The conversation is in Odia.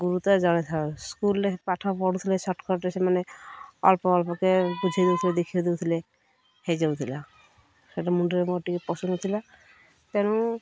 ଗୁରୁ ତ ସ୍କୁଲ୍ରେ ପାଠ ପଢ଼ୁଥିଲେ ସର୍ଟ୍କର୍ଟ୍ରେ ସେମାନେ ଅଳ୍ପ ଅଳ୍ପକେ ବୁଝେଇ ଦେଉଥିଲେ ଦେଖେଇ ଦେଉଥିଲେ ହୋଇଯାଉଥିଲା ସେଇଟା ମୁଣ୍ଡରେ ମୋର ଟିକେ ପସନ୍ଦ ଥିଲା ତେଣୁ